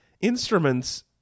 instruments